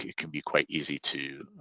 can be quite easy to